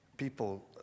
People